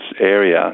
area